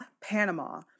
Panama